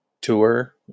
tour